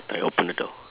I open the door